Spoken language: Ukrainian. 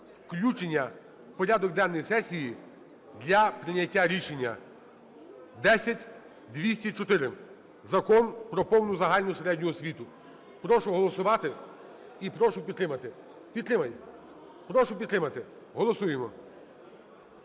включення в порядок денний сесії для прийняття рішення 10204 – Закон про повну загальну середню освіту. Прошу голосувати і прошу підтримати. Підтримаємо, прошу підтримати, голосуємо.